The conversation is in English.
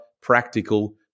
practical